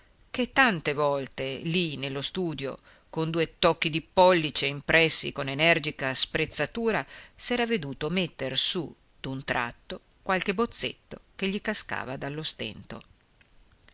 ché tante volte lì nello studio con due tocchi di pollice impressi con energica sprezzatura s'era veduto metter su d'un tratto qualche bozzetto che gli cascava dallo stento